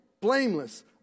blameless